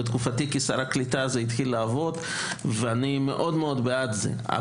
בתקופתי כשר הקליטה זה התחיל לעבוד ואני מאוד בעד זה,